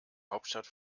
hauptstadt